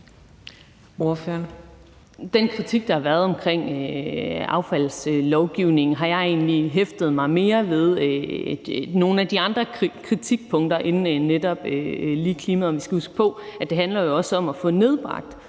den kritik, der har været, af affaldslovgivningen har jeg egentlig hæftet mig mere ved nogle af de andre kritikpunkter end netop lige klimaet. Vi skal huske på, at det jo også handler om at få nedbragt